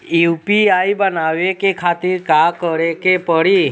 UPI बनावे के खातिर का करे के पड़ी?